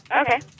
Okay